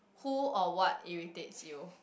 who or what irritates you